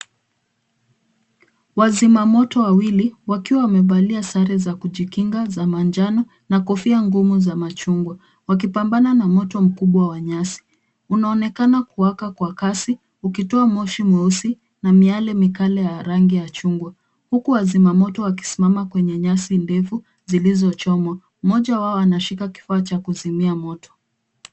Wazimamoto wawili wakiwa wamevalia sare za kujikinga za manjano na kofia ngumu za machungwa wakipambana na moto mkubwa wa nyasi. Unaonekana kuwaka kwa kasi ukitoa moshi mweusi na miale mikali ya rangi ya chungwa, huku wazimamoto wakisimama kwenye nyasi ndefu zilizochomwa. Mmoja wao anashika kifaa cha kuzimia moto.